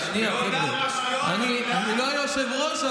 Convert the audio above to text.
שנייה, חבר'ה, אני לא היושב-ראש,